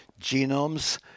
genomes